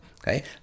okay